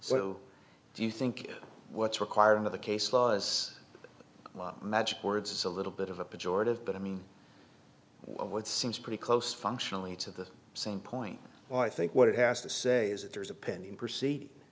so do you think what's required in the case law as magic words is a little bit of a pejorative but i mean what seems pretty close functionally to the same point well i think what it has to say is that there's a pending p